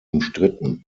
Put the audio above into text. umstritten